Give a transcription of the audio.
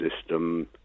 system